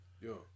Yo